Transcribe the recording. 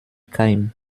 keim